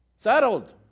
Settled